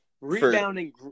rebounding